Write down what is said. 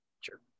Sure